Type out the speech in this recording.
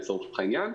לצורך העניין.